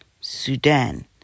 Sudan